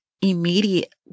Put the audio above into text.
immediate